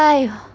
!aiyo!